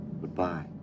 Goodbye